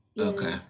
Okay